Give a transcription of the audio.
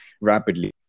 rapidly